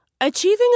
Achieving